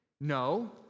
No